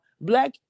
Black